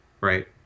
right